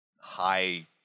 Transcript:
high